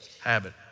habit